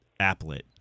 applet